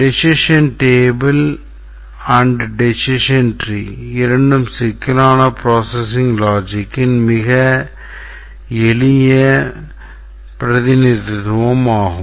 decision table decision tree இரண்டும் சிக்கலான processing logicன் மிக எளிய பிரதிநிதித்துவம் ஆகும்